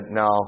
no